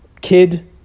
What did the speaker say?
Kid